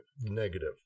negative